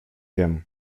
wiem